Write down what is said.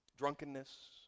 drunkenness